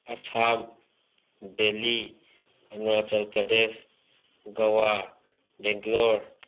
Assam Delhi Arunachal Pradesh Goa Bangalore